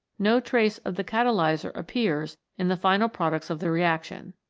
no trace of the catalyser appears in the final products of the reaction.